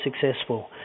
successful